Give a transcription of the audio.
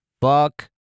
buck